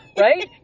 Right